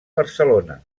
barcelona